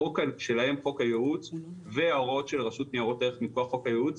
החוק שלהן חוק הייעוץ וההוראות של הרשות לניירות ערך מכוח חוק הייעוץ,